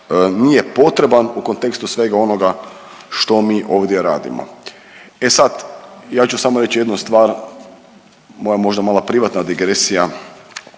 nije potreban u kontekstu svega onoga što mi ovdje radimo. E sad, ja ću samo reći jednu stvar, moja možda mala privatna digresija